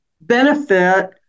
benefit